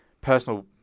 personal